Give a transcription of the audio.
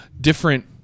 different